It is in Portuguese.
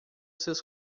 seus